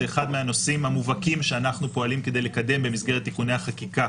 זה אחד מהנושאים המובהקים שאנחנו פועלים כדי לקדם במסגרת תיקוני החקיקה